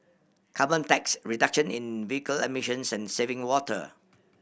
carbon tax reduction in vehicle emissions and saving water